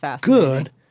good